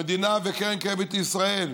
המדינה והקרן הקיימת לישראל,